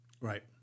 Right